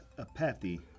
Apathy